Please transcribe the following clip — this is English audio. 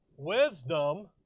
Wisdom